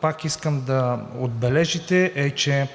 пак искам да отбележите, е, че